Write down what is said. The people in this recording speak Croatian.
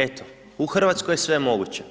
Eto, u RH je sve moguće,